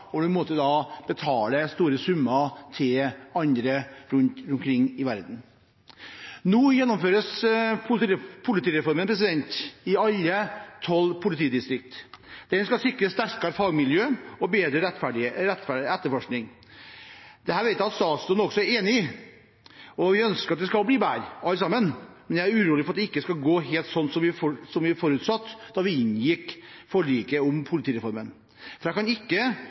store summer til andre rundt omkring i verden. Nå gjennomføres politireformen i alle tolv politidistrikter. Den skal sikre sterkere fagmiljø og bedre etterforskning. Dette vet jeg at statsråden også er enig i, og vi ønsker at vi skal bli bedre alle sammen, men jeg er urolig for at det ikke skal gå helt slik som vi forutsatte da vi inngikk forliket om politireformen. Jeg kan ikke